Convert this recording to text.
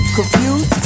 Confused